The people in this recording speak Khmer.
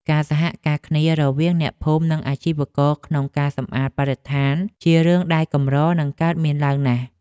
ការសហការគ្នារវាងអ្នកភូមិនិងអាជីវករក្នុងការសម្អាតបរិស្ថានជារឿងដែលកម្រនឹងកើតមានឡើងណាស់។